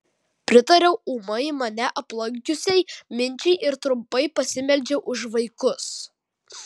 pritariau ūmai mane aplankiusiai minčiai ir trumpai pasimeldžiau už vaikus